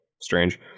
strange